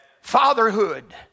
Fatherhood